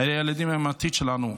הילדים הם העתיד שלנו.